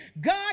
God